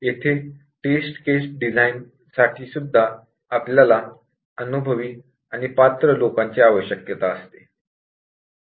येथे test case डिझाइनसाठी सुद्धा आपल्याला अनुभवी आणि पात्र लोकांची आवश्यकता असते